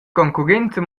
concurrenza